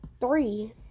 three